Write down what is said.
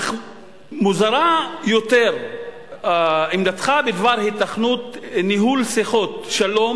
אך מוזרה יותר עמדתך בדבר היתכנות ניהול שיחות שלום